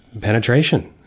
penetration